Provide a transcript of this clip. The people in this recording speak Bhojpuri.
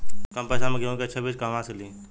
कम पैसा में गेहूं के अच्छा बिज कहवा से ली?